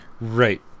Right